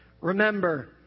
Remember